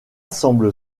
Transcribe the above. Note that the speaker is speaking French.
semble